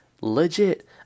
legit